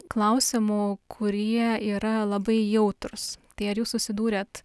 klausimų kurie yra labai jautrūs tai ar jūs susidūrėt